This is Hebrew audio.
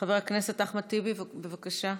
חבר הכנסת אחמד טיבי, בבקשה.